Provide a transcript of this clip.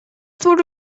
sort